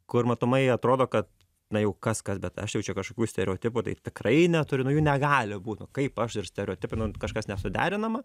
kur matomai atrodo kad na jau kas kas bet aš jau čia kažkokių stereotipų tai tikrai neturiu nu jų negali būt nu kaip aš ir stereotipai nu kažkas nesuderinama